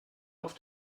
auf